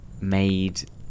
made